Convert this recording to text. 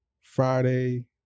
Friday